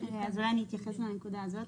אז אולי אני אתייחס לנקודה הזאת.